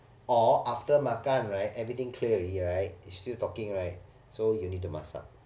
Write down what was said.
or after makan right everything clear already right is still talking right so you need to mask up